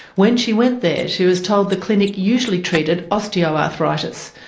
when she went there, she was told the clinic usually treated osteoarthritis,